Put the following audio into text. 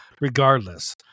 regardless